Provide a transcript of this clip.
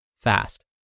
fast